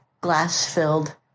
glass-filled